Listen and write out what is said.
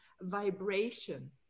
vibration